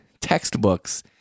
textbooks